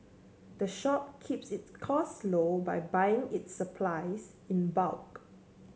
the shop keeps its costs low by buying its supplies in bulk